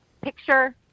Picture